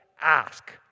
ask